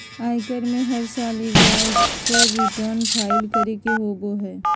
आयकर में हर साल एगो आयकर रिटर्न फाइल करे के होबो हइ